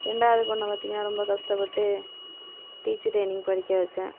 ரெண்டாவது பெண்ணு பார்த்திங்கன்னா ரொம்ப கஷ்டப்பட்டு டீச்சர் ட்ரைனிங் படிக்க வைச்சேன்